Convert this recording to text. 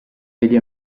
degli